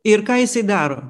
ir ką jisai daro